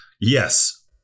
yes